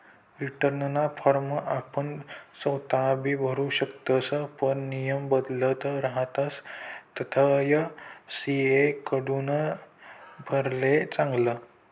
रीटर्नना फॉर्म आपण सोताबी भरु शकतस पण नियम बदलत रहातस तधय सी.ए कडथून भरेल चांगलं